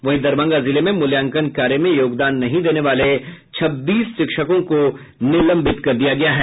वहीं दरभंगा जिले में मूल्यांकन कार्य में योगदान नहीं देने वाले छब्बीस शिक्षकों को निलंबित कर दिया गया है